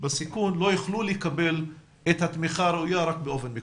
בסיכון לא יוכלו לקבל את התמיכה הראויה רק באופן מקוון.